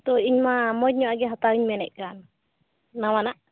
ᱛᱚ ᱤᱧ ᱢᱟ ᱢᱚᱡᱽ ᱧᱚᱜ ᱟᱜ ᱜᱮ ᱦᱟᱛᱟᱣ ᱤᱧ ᱢᱮᱱᱮᱫ ᱠᱟᱱ ᱱᱟᱣᱟᱱᱟᱜ